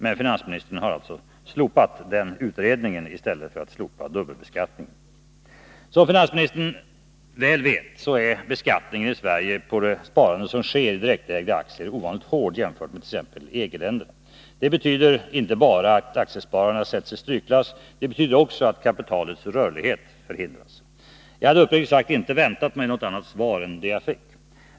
Men finansministern har alltså slopat den utredningen i stället. Som finansministern väl vet, är beskattningen i Sverige på det sparande som sker i direktägda aktier ovanligt hård jämförd med beskattningenit.ex. EG-länderna. Det betyder inte bara att aktiespararna sätts i strykklass, det betyder också att kapitalets rörlighet förhindras. Jag hade uppriktigt sagt inte väntat mig något annat svar än det jag fick.